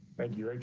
thank you, ah